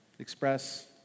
express